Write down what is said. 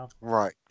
Right